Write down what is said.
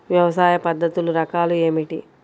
వ్యవసాయ పద్ధతులు రకాలు ఏమిటి?